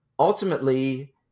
ultimately